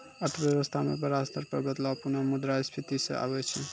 अर्थव्यवस्था म बड़ा स्तर पर बदलाव पुनः मुद्रा स्फीती स आबै छै